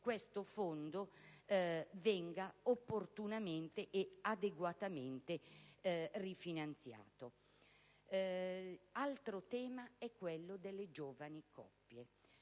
che tale fondo venga opportunamente e adeguatamente rifinanziato. Altro tema è quello delle giovani coppie.